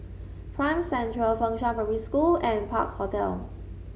Prime Central Fengshan Primary School and Park Hotel